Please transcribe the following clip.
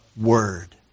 Word